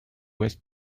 ouest